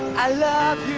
i love